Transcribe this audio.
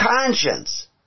conscience